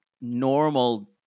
normal